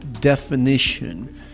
definition